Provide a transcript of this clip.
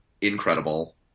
incredible